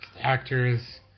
actors